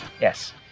yes